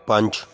ਪੰਜ